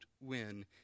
win